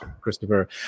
Christopher